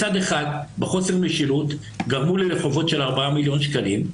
מצד אחד בחוסר משילות גרמו לי לחובות של 4 מיליון שקלים,